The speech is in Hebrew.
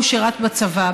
הוא שירת בצבא,